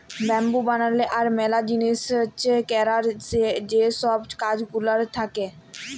bamboo বালালো আর ম্যালা জিলিস ক্যরার যে ছব কাজ গুলান থ্যাকে